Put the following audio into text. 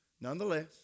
Nonetheless